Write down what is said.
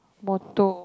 motto